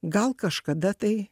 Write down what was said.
gal kažkada tai